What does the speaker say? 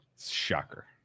Shocker